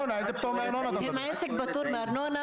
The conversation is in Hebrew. אולי טעית, אין להם ארנונה.